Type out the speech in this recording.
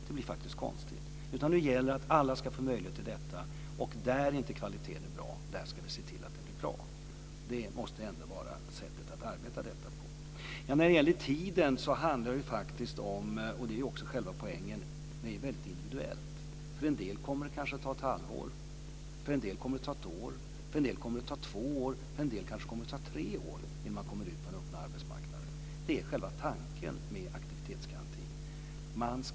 Det blir faktiskt konstigt. Nu gäller det i stället att alla ska få möjlighet till detta. Där kvaliteten inte är bra ska vi se till att den blir det. Det måste vara sättet att arbeta med detta på. När det gäller tiden så är den individuell. Det är också själva poängen. För en del kommer det kanske att ta ett halvår. För en del kommer det att ta ett år, för en del två och för en del kanske tre år innan de kommer ut på den öppna arbetsmarknaden. Det är själva tanken med aktivitetsgarantin.